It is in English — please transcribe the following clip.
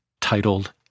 titled